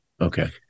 Okay